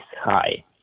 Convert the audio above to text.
high